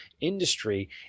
industry